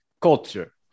culture